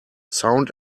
sound